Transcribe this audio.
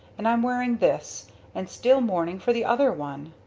and i'm wearing this and still mourning for the other one.